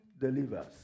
delivers